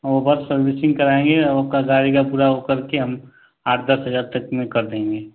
वह बस सर्विसिंग कराएँगे और उसका गाड़ी का पूरा होकर के हम आठ दस हज़ार तक में कर देंगे